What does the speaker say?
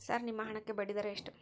Sir ನಿಮ್ಮ ಹಣಕ್ಕೆ ಬಡ್ಡಿದರ ಎಷ್ಟು?